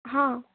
हां